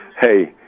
Hey